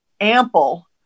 ample